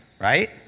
right